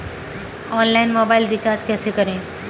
Online mobile recharge कैसे करें?